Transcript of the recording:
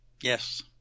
Yes